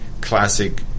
classic